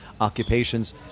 occupations